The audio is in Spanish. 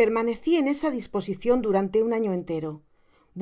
permaneci en esa disposicion durante un año entero